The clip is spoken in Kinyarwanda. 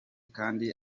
kandi